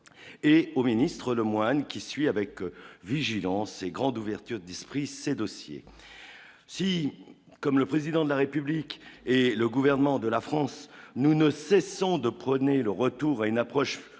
et au ministre le Moine qui suit avec vigilance et grande ouverture 10 pris ces dossiers si, comme le président de la République et le gouvernement de la France, nous ne cessant de prôner le retour à une approche